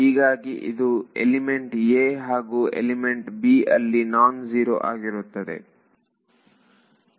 ಹೀಗಾಗಿ ಇದು element 'a' ಹಾಗೂ ಎಲಿಮೆಂಟ್ 'b' ಅಲ್ಲಿ ನಾನ್ ಜೀರೋ ಆಗಿರುತ್ತದೆ